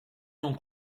non